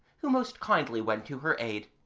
who most kindly went to her aid,